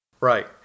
Right